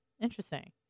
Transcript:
Interesting